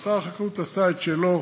משרד החקלאות עשה את שלו,